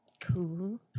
Cool